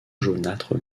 jaunâtre